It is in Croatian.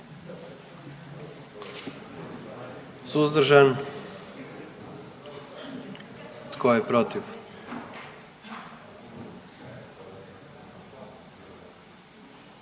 suzdržan? Tko je protiv?